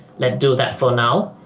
let's do that for now!